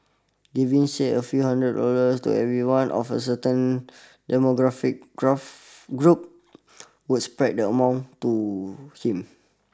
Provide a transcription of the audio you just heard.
giving say a few hundred dollars to everyone of a certain demographic graph group would spread the amounts too him